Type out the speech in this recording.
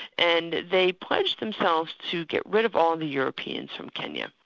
and they pledged themselves to get rid of all the europeans from kenya,